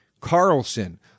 Carlson